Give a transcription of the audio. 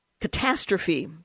catastrophe